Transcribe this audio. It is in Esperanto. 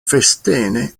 festene